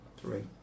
Three